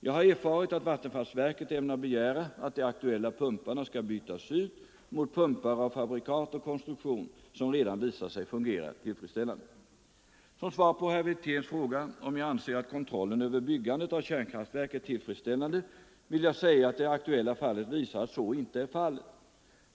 Jag har erfarit att vattenfallsverket ämnar begära att de aktuella pumparna skall bytas ut mot pumpar av fabrikat och konstruktion som redan visat sig fungera tillfredsställande. Som svar på herr Wirténs fråga om jag anser att kontrollen över byggandet av kärnkraftverk är tillfredsställande vill jag säga att det aktuella fallet visar att så inte är fallet.